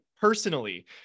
personally